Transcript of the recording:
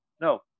No